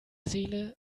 seele